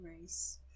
race